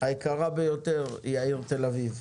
היקרה ביותר היא העיר תל אביב.